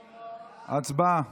הצבעה.